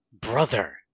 Brother